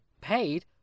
paid